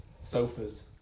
sofas